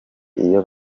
iyo